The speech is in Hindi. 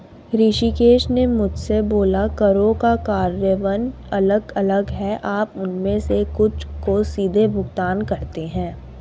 ऋषिकेश ने मुझसे बोला करों का कार्यान्वयन अलग अलग है आप उनमें से कुछ को सीधे भुगतान करते हैं